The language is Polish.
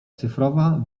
cyfrowa